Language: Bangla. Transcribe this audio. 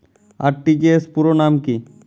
আর.টি.জি.এস পুরো নাম কি?